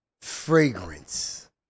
fragrance